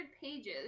pages